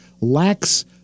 lacks